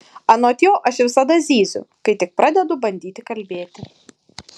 anot jo aš visada zyziu kai tik pradedu bandyti kalbėti